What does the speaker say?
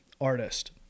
artist